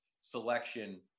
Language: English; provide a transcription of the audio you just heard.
selection